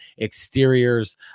exteriors